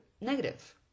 negative